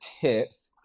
tips